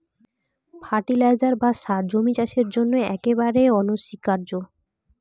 fertiliser বা সার জমির চাষের জন্য একেবারে অনস্বীকার্য